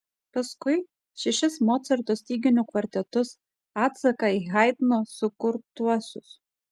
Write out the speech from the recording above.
paskui šešis mocarto styginių kvartetus atsaką į haidno sukurtuosius